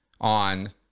on